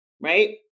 right